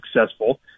successful